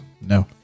No